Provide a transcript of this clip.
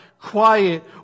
Quiet